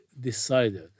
decided